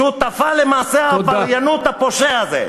שותפה למעשה העבריינות הפושע הזה.